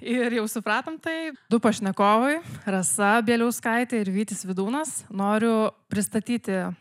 ir jau supratom tai du pašnekovai rasa bieliauskaitė ir vytis vidūnas noriu pristatyti